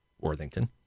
Worthington